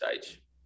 stage